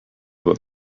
what